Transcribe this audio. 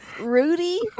Rudy